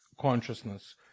consciousness